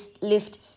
lift